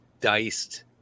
diced